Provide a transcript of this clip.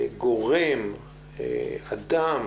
גורם או אדם